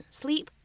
sleep